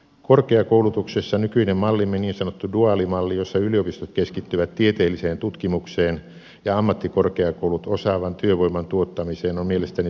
korkeakoulutuksessa nykyinen mallimme niin sanottu duaalimalli jossa yliopistot keskittyvät tieteelliseen tutkimukseen ja ammattikorkeakoulut osaavan työvoiman tuottamiseen on mielestäni pitkälti oikea